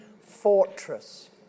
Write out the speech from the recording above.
fortress